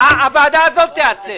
הועדה הזאת תיעצר.